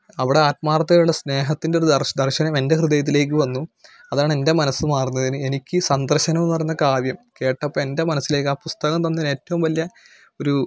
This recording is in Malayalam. അവിടെ ആത്മാർത്ഥതയുള്ള സ്നേഹത്തിന്റെ ഒരു ദർശ് ദർശനം എൻ്റെ ഹൃദയത്തിലേക്കുവന്നു അതാണെൻ്റെ മനസ്സുമാറുന്നതിന് എനിക്ക് സന്ദർശനം എന്ന് പറയുന്ന കാവ്യം കേട്ടപ്പം എൻ്റെ മനസ്സിലേക്ക് ആ പുസ്തകം തന്നൊരേറ്റവും വലിയ ഒരൂ